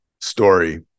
story